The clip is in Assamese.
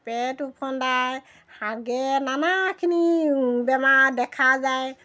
পেট ওফন্দায় হাগে নানাখিনি বেমাৰ দেখা যায়